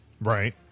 Right